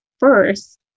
First